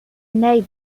navy